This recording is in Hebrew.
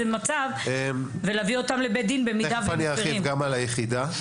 תכף אני ארחיב לגבי היחידה.